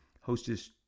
Hostess